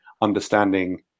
understanding